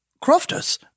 crofters